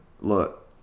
Look